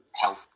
help